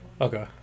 Okay